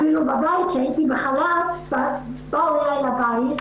אפילו כשהייתי בחל"ת בבית באו לביתי,